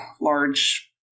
large